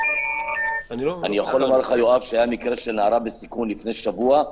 היה מקרה של נערה בסיכון לפני שבוע,